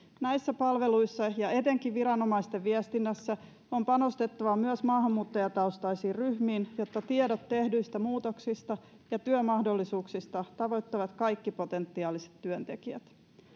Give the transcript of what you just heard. näissä palveluissa ja etenkin viranomaisten viestinnässä on panostettava myös maahanmuuttajataustaisiin ryhmiin jotta tiedot tehdyistä muutoksista ja työmahdollisuuksista tavoittavat kaikki potentiaaliset työntekijät